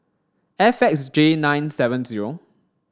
F X J nine seven zero